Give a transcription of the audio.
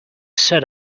set